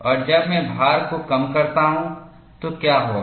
और जब मैं भार को कम करता हूं तो क्या होगा